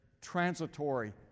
transitory